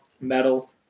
metal